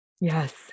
Yes